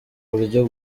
buryo